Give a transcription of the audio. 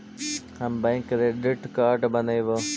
हम bank credit card बनैवो?